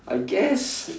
I guess